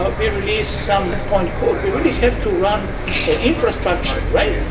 ah we released some point code. we really have to run that infrastructure, right?